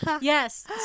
yes